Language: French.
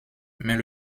mais